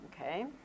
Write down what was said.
Okay